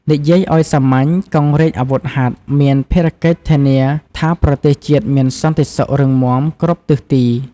និយាយឲ្យសាមញ្ញ កងរាជអាវុធហត្ថមានភារកិច្ចធានាថាប្រទេសជាតិមានសន្តិសុខរឹងមាំគ្រប់ទិសទី។